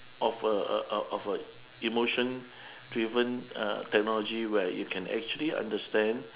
of a a of a emotion driven uh technology where you can actually understand